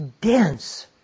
Dense